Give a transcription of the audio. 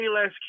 less